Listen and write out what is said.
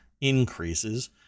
increases